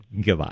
Goodbye